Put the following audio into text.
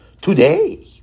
today